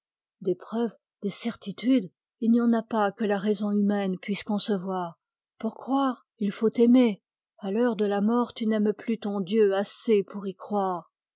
des preuves des certitudes il n'y en a pas que la raison humaine puisse concevoir pour croire il faut aimer à l'heure de la mort tu n'aimes plus ton dieu assez pour y croire